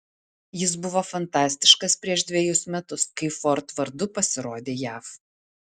jis buvo fantastiškas prieš dvejus metus kai ford vardu pasirodė jav